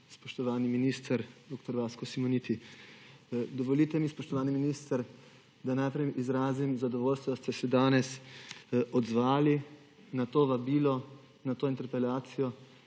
spoštovani minister dr. Vasko Simoniti! Dovolite mi, spoštovani minister, da najprej izrazim zadovoljstvo, da ste se danes odzvali na to vabilo na to interpelacijo,